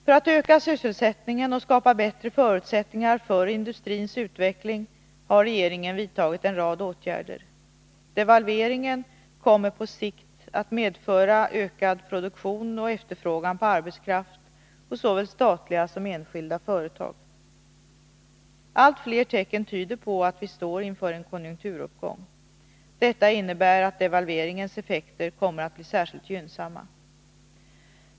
För att öka sysselsättningen och skapa bättre förutsättningar för industrins utveckling har regeringen vidtagit en rad åtgärder. Devalveringen kommer på sikt att medföra ökad produktion och efterfrågan på arbetskraft hos såväl statliga som enskilda företag. Allt fler tecken tyder på att vi står inför en konjunkturuppgång. Detta innebär att devalveringens effekter kommer att bli särskilt gynnsamma.